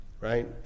Right